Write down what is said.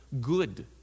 good